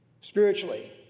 spiritually